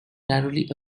narrowly